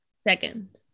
Second